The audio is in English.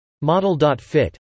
Model.fit